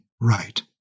right